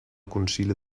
concili